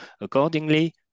accordingly